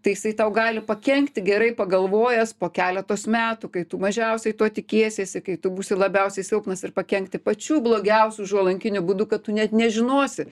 tai jisai tau gali pakenkti gerai pagalvojęs po keletos metų kai tu mažiausiai to tikėsiesi kai tu būsi labiausiai silpnas ir pakenkti pačiu blogiausiu užuolankiniu būdu kad tu net nežinosi